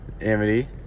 Amity